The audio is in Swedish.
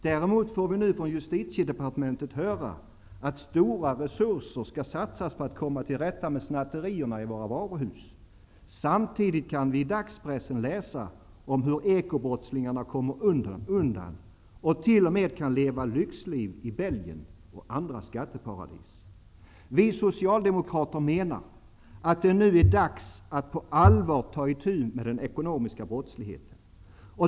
Däremot får vi nu från justitiedepartementet höra att stora resurser skall satsas på att komma till rätta med snatterierna i våra varuhus. Samtidigt kan vi i dagspressen läsa om hur ekobrottslingarna kommer undan och t.o.m. kan leva lyxliv i Belgien och andra skatteparadis. Vi socialdemokrater menar att det nu är dags att på allvar ta itu med den ekonomiska brottsligheten.